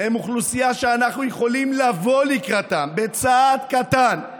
הם אוכלוסייה שאנחנו יכולים לבוא לקראתה בצעד קטן.